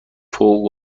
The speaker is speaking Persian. فوق